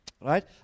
Right